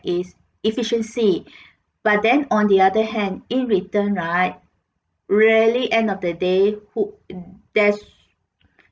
is efficiency but then on the other hand in return right really end of the day who in there's